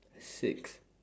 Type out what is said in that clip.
six